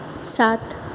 सात